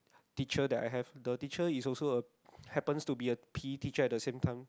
teacher that I have the teacher is also a happens to be a P_T teacher at the same time